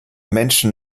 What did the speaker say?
menschen